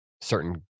certain